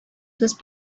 those